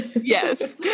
Yes